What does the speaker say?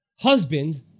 Husband